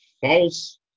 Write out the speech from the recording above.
false